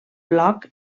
blog